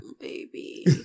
baby